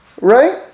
right